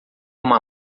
uma